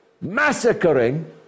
massacring